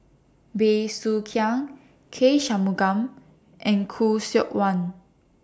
Bey Soo Khiang K Shanmugam and Khoo Seok Wan